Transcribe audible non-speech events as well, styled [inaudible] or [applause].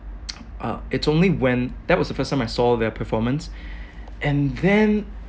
[noise] uh it's only when that was the first time I saw their performance and then